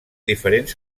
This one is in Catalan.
diferents